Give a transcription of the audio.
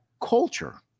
culture